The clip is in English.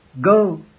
Go